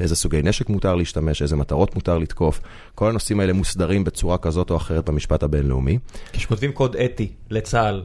איזה סוגי נשק מותר להשתמש, איזה מטרות מותר לתקוף, כל הנושאים האלה מוסדרים בצורה כזאת או אחרת במשפט הבינלאומי. כשכותבים קוד אתי לצהל...